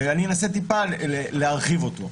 ואני אנסה טיפה להרחיב אותו.